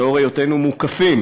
לאור היותנו מוקפים